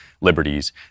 liberties